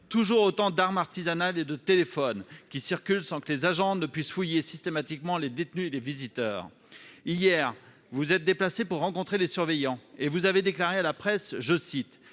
toujours autant d'armes artisanales et de téléphones qui circulent sans que les agents puissent fouiller systématiquement les détenus et les visiteurs. Hier, vous vous êtes déplacé pour rencontrer les surveillants. Voici ce que vous avez déclaré à la presse :«